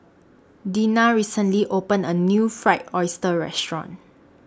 Dena recently opened A New Fried Oyster Restaurant